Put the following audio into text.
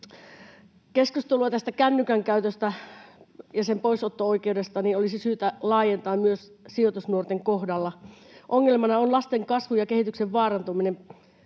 Keskustelua tästä kännykän käytöstä ja sen poisotto-oikeudesta olisi syytä laajentaa myös sijoitusnuorten kohdalla. Ongelmana on lasten kasvun ja kehityksen vaarantuminen.